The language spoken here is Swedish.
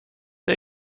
det